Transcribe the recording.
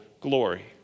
glory